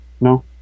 no